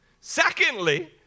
Secondly